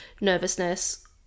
nervousness